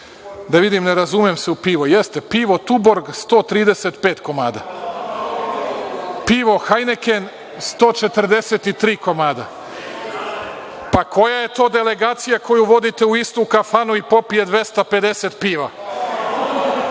da vidim, ne razumem se u pivo, jeste pivo „Tuborg“ 135 komada, pivo „Heineken“ 143 komada. Pa, koja je to delegacija koju vodite u istu kafanu i popije 250 piva?